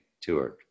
toured